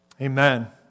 Amen